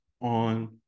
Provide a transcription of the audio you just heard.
on